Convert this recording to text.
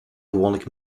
gewoonlijk